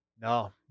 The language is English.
No